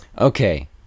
okay